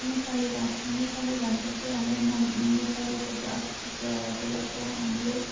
नेपाली भाषा नेपाली भाषा चाहिँ हाम्रो मान नेपालीको चाहिँ अस्तित्व हो त्यसलाई चाहिँ हामीले